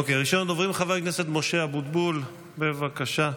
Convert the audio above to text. ראשון הדוברים, חבר הכנסת משה אבוטבול, בבקשה.